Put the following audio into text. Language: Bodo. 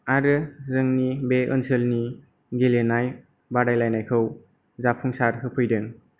आरो जोंनि बे ओनसोलनि गेलेनाय बादायलायनायखौ जाफुंसार होफैदों